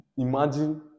Imagine